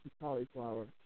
Cauliflower